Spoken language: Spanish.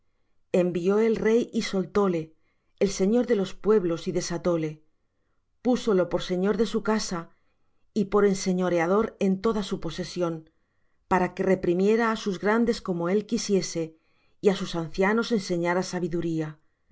envió el rey y soltóle el señor de los pueblos y desatóle púsolo por señor de su casa y por enseñoreador en toda su posesión para que reprimiera á sus grandes como él quisiese y á sus ancianos enseñara sabiduría